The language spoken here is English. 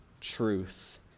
truth